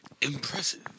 Impressive